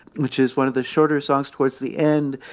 which is one of the shorter songs towards the end,